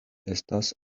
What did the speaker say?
estas